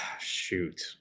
Shoot